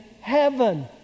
heaven